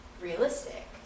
realistic